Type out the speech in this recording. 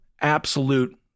absolute